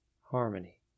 harmony